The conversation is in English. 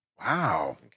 Wow